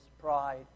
pride